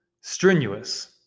strenuous